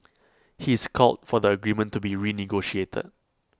he is called for the agreement to be renegotiated